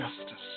justice